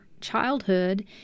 childhood